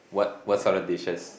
what what sort of dishes